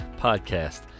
podcast